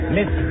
Miss